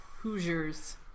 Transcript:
hoosiers